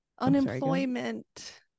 unemployment